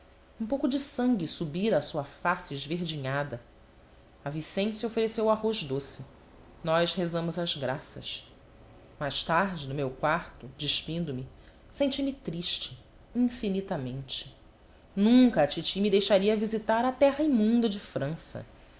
um pouco de sangue subira à sua face esverdinhada a vicência ofereceu o arroz doce nós rezamos as graças mais tarde no meu quarto despindo me senti-me triste infinitamente nunca a titi me deixaria visitar a terra imunda de frança